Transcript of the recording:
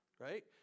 right